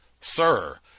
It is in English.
sir